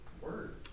word